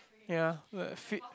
ya the fi~